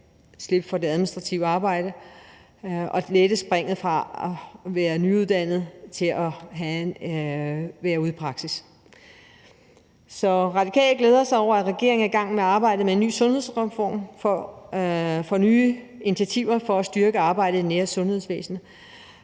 slippe for det administrative arbejde, kan lette springet fra at være nyuddannet til at være ude i praksis. Så Radikale glæder sig over, at regeringen er i gang med arbejdet for en ny sundhedsreform med nye initiativer, der kan styrke arbejdet i det nære sundhedsvæsen.